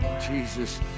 Jesus